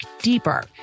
deeper